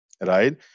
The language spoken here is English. right